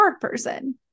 person